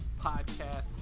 Podcast